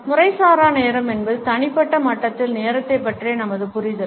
முறைசாரா நேரம் என்பது தனிப்பட்ட மட்டத்தில் நேரத்தைப் பற்றிய நமது புரிதல்